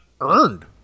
earned